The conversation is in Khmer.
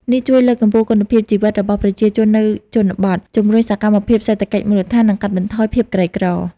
នេះជួយលើកកម្ពស់គុណភាពជីវិតរបស់ប្រជាជននៅជនបទ ជំរុញសកម្មភាពសេដ្ឋកិច្ចមូលដ្ឋាន និងកាត់បន្ថយភាពក្រីក្រ។